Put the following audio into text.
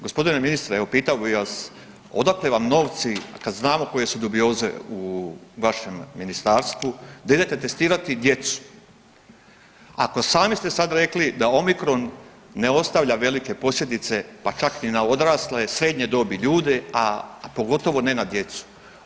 Gospodine ministre, evo pitao bih vas odakle vam novci kad znamo koje su dubioze u vašem ministarstvu da idete testirati djecu ako sami ste sada rekli da omicron ne ostavlja velike posljedice pa čak ni na odrasle, srednje dobi ljude, a pogotovo ne na djecu.